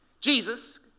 Jesus